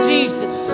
Jesus